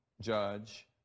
Judge